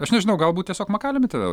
aš nežinau galbūt tiesiog makaliumi tave